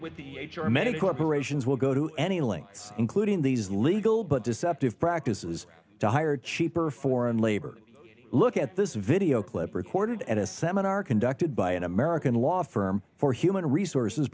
with the age are many corporations will go to any lengths including these legal but deceptive practices to hire cheaper foreign labor look at this video clip recorded at a seminar conducted by an american law firm for human resources